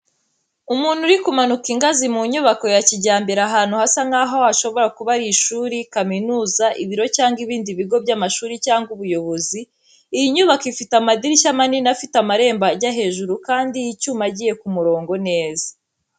Umuntu uri kumanuka ingazi mu nyubako ya kijyambere ahantu hasa nk’aho hashobora kuba ari ishuri, kaminuza, ibiro cyangwa ibindi bigo by’amashuri cyangwa ubuyobozi. Iyi nyubako ifite amadirishya manini afite amarembo ajya hejuru kandi y’icyuma agiye ku murongo neza.